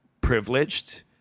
privileged